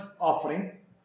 offering